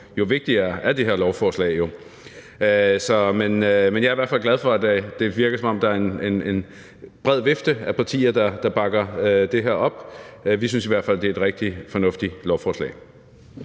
jo vigtigere er det her lovforslag. Men jeg er hvert fald glad for, at det virker, som om der er en bred vifte af partier, der bakker det her op. Vi synes i hvert fald, det er et rigtig fornuftigt lovforslag.